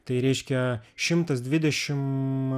tai reiškia šimtas dvidešim